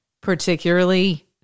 particularly